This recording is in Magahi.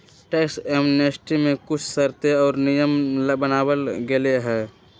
टैक्स एमनेस्टी के कुछ शर्तें और नियम बनावल गयले है